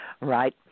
right